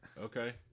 Okay